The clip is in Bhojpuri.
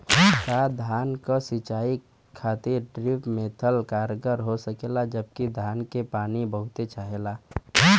का धान क सिंचाई खातिर ड्रिप मेथड कारगर हो सकेला जबकि धान के पानी बहुत चाहेला?